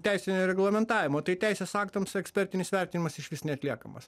teisinio reglamentavimo tai teisės aktams ekspertinis vertinimas išvis neatliekamas